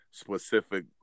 specific